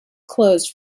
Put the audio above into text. closed